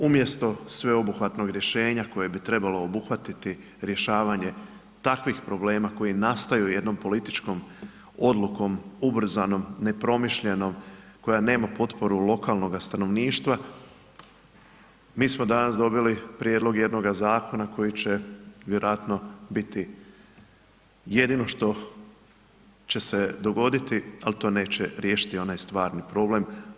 Umjesto sveobuhvatnog rješenja koje bi trebalo obuhvatiti rješavanje takvih problema koji nastaju jednom političkom odlukom ubrzanom, nepromišljenom koja nema potporu lokalnoga stanovništva, mi smo danas dobili prijedlog jednoga zakona koji će vjerojatno biti jedino što će se dogoditi, ali to neće riješiti onaj stvarni problem.